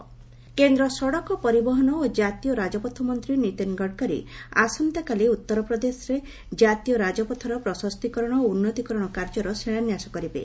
Gadkari UP projects କେନ୍ଦ୍ର ସଡ଼କ ପରିବହନ ଓ ଜାତୀୟ ରାଜପଥ ମନ୍ତ୍ରୀ ନୀତିନ୍ ଗଡ଼କରୀ ଆସନ୍ତାକାଲି ଉତ୍ତର ପ୍ରଦେଶରେ ଜାତୀୟ ରାଜପଥର ପ୍ରଶସ୍ତୀକରଣ ଓ ଉନ୍ନତୀକରଣ କାର୍ଯ୍ୟର ଶିଳାନ୍ୟାସ କରିବେ